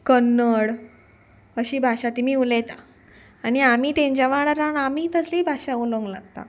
कन्नड अशी भाशा तेमी उलयता आनी आमी तेंच्या वांगडा रावन आमी तसलीय भाशा उलोवंक लागता